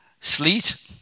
sleet